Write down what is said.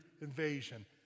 invasion